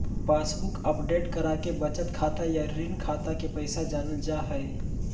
passbook update कराके बचत खाता या ऋण खाता के पैसा जानल जा हय